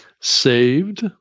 saved